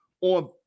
on